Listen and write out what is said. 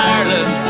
Ireland